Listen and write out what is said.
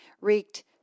wreaked